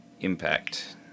impact